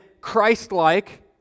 Christ-like